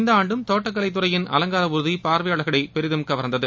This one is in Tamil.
இந்த ஆண்டும் தோட்டக்கலைத்துறையின் அலங்கார ஊர்தி பார்வையாளர்களை பெரிதும் கவர்ந்தது